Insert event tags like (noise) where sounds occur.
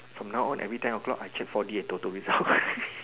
from now on every ten O-clock I check four D and ToTo results (laughs)